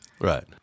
Right